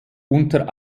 unter